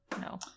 No